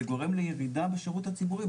זה גורם לירידה בשירות הציבורי.